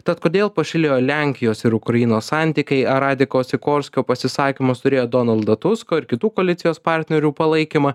tad kodėl pašlijo lenkijos ir ukrainos santykiai ar radeko sikorskio pasisakymas turėjo donaldo tusko ir kitų koalicijos partnerių palaikymą